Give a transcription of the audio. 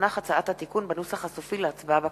ותונח הצעת התיקון בנוסח הסופי להצבעה בכנסת.